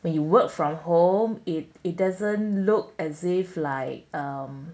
when you work from home it it doesn't look as if like